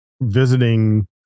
visiting